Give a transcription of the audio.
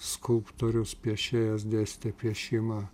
skulptorius piešėjas dėstė piešimą